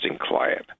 client